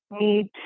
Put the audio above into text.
need